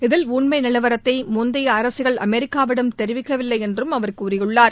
இதில் உண்மை நிலவரத்தை முந்தைய அரசுகள் அமெரிக்காவிடம் தெரிவிக்கவில்லை என்றும் அவர் கூறியுள்ளார்